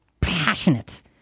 passionate